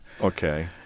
Okay